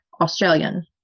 Australian